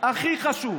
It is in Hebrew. הכי חשוב,